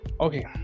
Okay